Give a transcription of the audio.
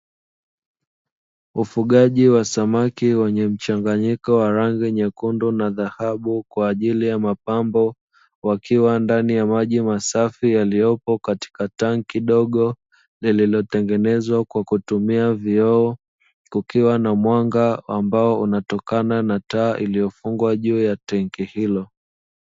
Ufugaji wa samaki wenye mchanganyiko wa rangi nyekundu na dhahabu kwa ajili ya mapambo, wakiwa ndani ya maji masafi yaliyopo katika tanki dogo, lililotengenezwa kwa kutumia vioo, kukiwa na mwanga ambao unatokana na taa iliyofungwa juu ya tenki hilo.